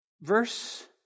verse